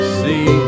see